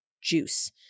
juice